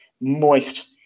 moist